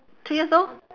three years old